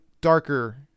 darker